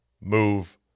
move